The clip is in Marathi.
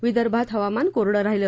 विदर्भात हवामान कोरडं राहिलं